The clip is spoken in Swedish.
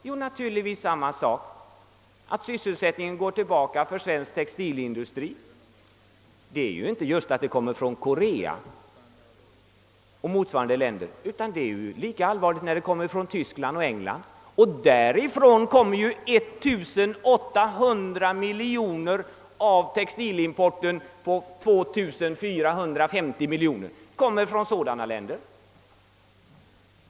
Ja, naturligtvis att sysselsättningen i svensk textilindustri går tillbaka. Det allvarliga är inte att dessa varor kommer just från Korea eller motsvarande länder, utan lika allvarligt är det om dessa varor kommer från Tyskland eller England. Från dessa länder kommer 1800 miljoner kronor av vår totala textilimport på 2450 miljoner kronor.